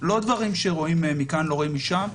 לא דברים שרואים מכאן לא רואים משם,